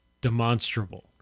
demonstrable